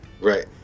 Right